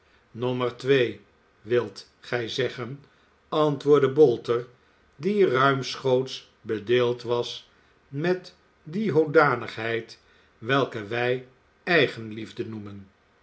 nommer twee wi t gij zeggen antwoordde bolter die ruimschoots bedeeld was met die hoedanigheid welke wij eigenliefde noemen